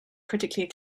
critically